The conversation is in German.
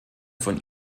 von